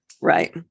Right